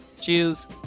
Cheers